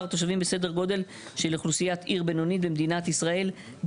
תושבים בסדר גודל של אוכלוסיית עיר בינונית במדינת ישראל.".